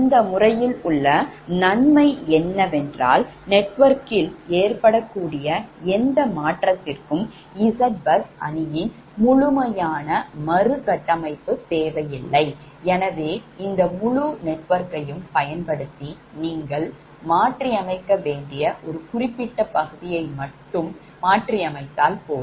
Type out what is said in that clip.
இந்த முறையில் உள்ள நன்மை என்னவென்றால் நெட்வொர்க்கில் ஏற்படக்கூடிய எந்த மாற்றத்திற்கும் Zbus அணியின் முழுமையான மறுகட்டமைப்பு தேவையில்லை எனவே இந்த முழு நெட்வொர்க்கையும் பயன்படுத்தி நீங்கள் மாற்றியமைக்க வேண்டிய குறிப்பிட்ட பகுதியை மட்டும் மாற்றியமைத்தால் போதும்